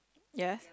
yes